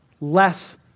less